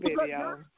video